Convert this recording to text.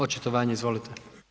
Očitovanje, izvolite.